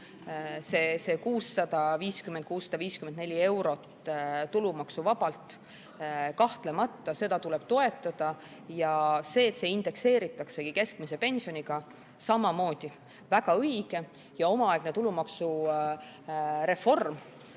See 654 eurot tulumaksuvabalt – kahtlemata seda tuleb toetada ja see, et see indekseeritakse keskmise pensioniga, on samamoodi väga õige. Omaaegne tulumaksureform